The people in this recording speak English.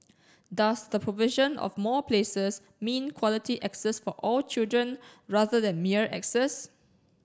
does the provision of more places mean quality access for all children rather than mere access